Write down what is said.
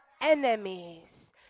enemies